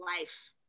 life